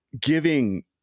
giving